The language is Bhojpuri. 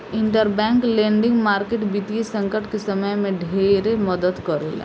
इंटरबैंक लेंडिंग मार्केट वित्तीय संकट के समय में ढेरे मदद करेला